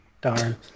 darn